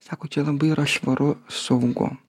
sako čia labai yra švaru saugu